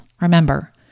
Remember